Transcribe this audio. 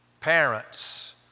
Parents